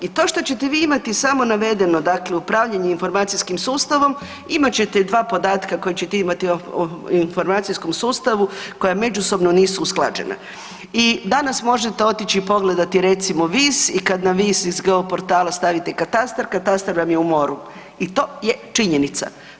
I to što ćete vi imati samo navedeno dakle upravljanje informacijskim sustavom, imat ćete 2 podatka koja ćete imati o informacijskom sustavu koja međusobno nisu usklađena i danas možete otići i pogledati, recimo Vis i kada Vis iz Geoportala stavile katastar, katastar vam je u moru i to je činjenica.